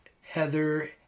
Heather